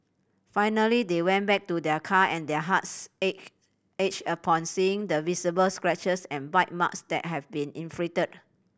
finally they went back to their car and their hearts ached upon seeing the visible scratches and bite marks that had been inflicted